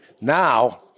Now